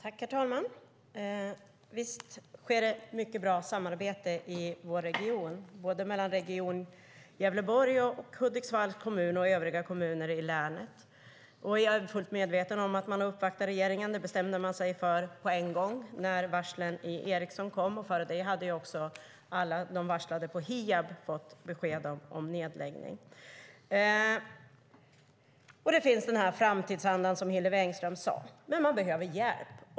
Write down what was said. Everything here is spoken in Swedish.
Herr talman! Visst sker det mycket bra samarbete i vår region, mellan Region Gävleborg, Hudiksvalls kommun och övriga kommuner i länet. Jag är fullt medveten om att man har uppvaktat regeringen. Det bestämde man sig för på en gång när varslen i Ericsson kom. Före det hade alla de varslade på Hiab fått besked om nedläggning. Den framtidsanda som Hillevi Engström nämnde finns, men man behöver hjälp.